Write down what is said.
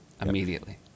Immediately